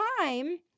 time